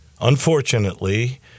unfortunately—